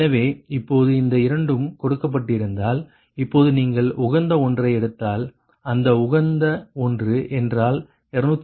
எனவே இப்பொழுது இந்த இரண்டும் கொடுக்கப்பட்டிருந்தால் இப்பொழுது நீங்கள் உகந்த ஒன்றை எடுத்தால் அந்த உகந்த ஒன்று என்றால் 266